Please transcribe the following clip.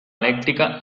elèctrica